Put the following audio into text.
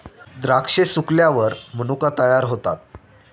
द्राक्षे सुकल्यावर मनुका तयार होतात